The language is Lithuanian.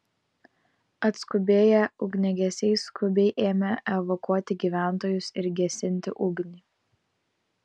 atskubėję ugniagesiai skubiai ėmė evakuoti gyventojus ir gesinti ugnį